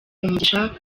umugisha